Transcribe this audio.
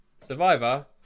survivor